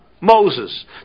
moses